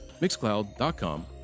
Mixcloud.com